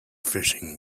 fishing